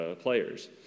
players